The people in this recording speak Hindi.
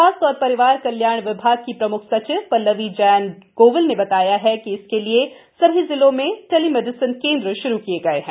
स्वास्थ्य एवं परिवार कल्याण विभाग की प्रम्ख सचिव पल्लवी जैन गोविल ने बताया है कि इसके लिये सभी जिलों में टेलीमेडिसिन केन्द्र श्रू किए गए हैं